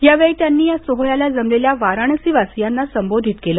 यावेळी त्यांनी या सोहळ्याला जमलेल्या वाराणसीवासीयांना संबोधित केलं